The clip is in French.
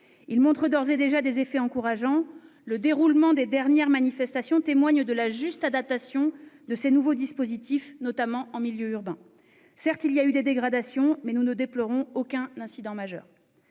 a d'ores et déjà des effets encourageants. Le déroulement des dernières manifestations témoigne de la juste adaptation de ces nouveaux dispositifs, notamment en milieu urbain. Certes, il y a eu des dégradations, mais nous ne déplorons aucun incident majeur.